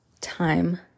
time